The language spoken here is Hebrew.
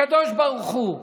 הקדוש ברוך הוא,